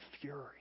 fury